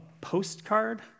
postcard